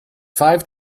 five